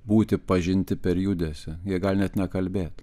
būti pažinti per judesį jie gali net nekalbėt